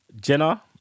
Jenna